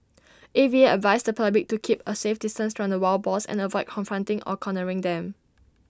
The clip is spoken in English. A V A advised the public to keep A safe distance from the wild boars and avoid confronting or cornering them